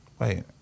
wait